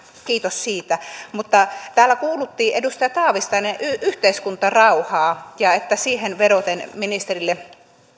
kiitos siitä täällä edustaja taavitsainen peräänkuulutti yhteiskuntarauhaa ja sitä että siihen vedoten ministerille